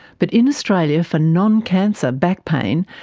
but in australia, for non-cancer back pain,